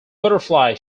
butterfly